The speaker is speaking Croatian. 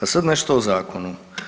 A sad nešto o zakonu.